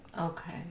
Okay